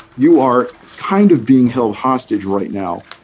you are kind of being held hostage right now.